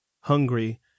Hungry